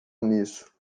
nisso